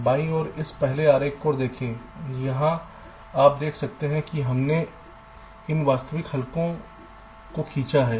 बाईं ओर इस पहले आरेख को देखें यहां आप देख सकते हैं कि हमने इन काल्पनिक हलकों को खींचा है